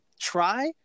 try